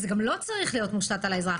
זה גם לא צריך להיות מושת על האזרח.